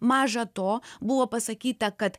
maža to buvo pasakyta kad